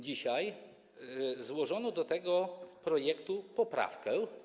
Dzisiaj złożono do tego projektu poprawkę.